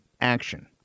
action